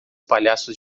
palhaços